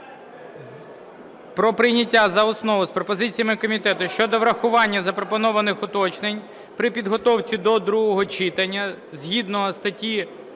про прийняття за основу з пропозиціями комітету щодо врахування запропонованих уточнень при підготовці до другого читання, згідно статті